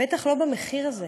בטח לא במחיר הזה.